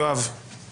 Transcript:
יואב, יואב.